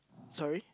sorry